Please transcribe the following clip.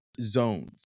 zones